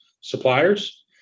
suppliers